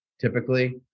typically